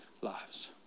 lives